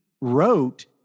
wrote